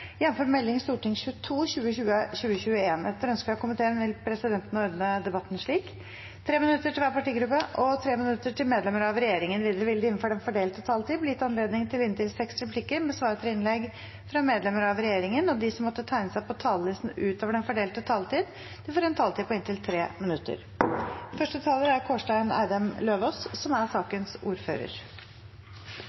Etter ønske fra næringskomiteen vil presidenten ordne debatten slik: 3 minutter til hver partigruppe og 3 minutter til medlemmer av regjeringen. Videre vil det – innenfor den fordelte taletid – bli gitt anledning til inntil seks replikker med svar etter innlegg fra medlemmer av regjeringen, og de som måtte tegne seg på talerlisten utover den fordelte taletid, får også en taletid på inntil 3 minutter. Dette er en viktig melding for Norge, og jeg er